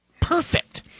Perfect